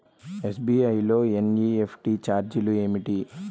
SBI లో NEFT ఛార్జీలు ఏమిటి?